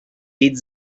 did